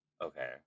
Okay